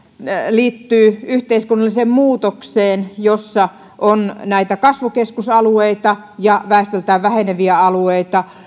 liittyy yhteiskunnalliseen muutokseen jossa on kasvukeskusalueita ja väestöltään väheneviä alueita